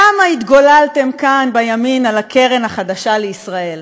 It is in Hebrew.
כמה התגוללתם כאן, בימין, על הקרן החדשה לישראל.